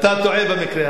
אתה טועה במקרה הזה.